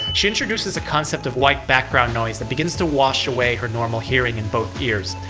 she introduces a concept of white background noise that begins to wash away her normal hearing in both ears.